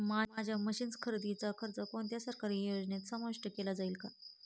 माझ्या मशीन्स खरेदीचा खर्च कोणत्या सरकारी योजनेत समाविष्ट केला जाईल का?